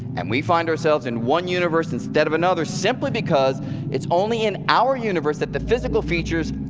and we find ourselves in one universe instead of another simply because it's only in our universe that the physical features,